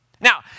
Now